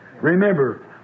Remember